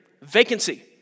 Vacancy